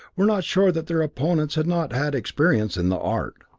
were not sure that their opponents had not had experience in the art.